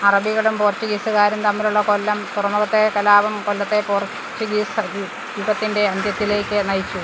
അറബികളും പോർച്ചുഗീസുകാരും തമ്മിലുള്ള കൊല്ലം തുറമുഖത്തെ കലാപം കൊല്ലത്തെ പോർച്ചുഗീസ് യുഗത്തിന്റെ അന്ത്യത്തിലേക്ക് നയിച്ചു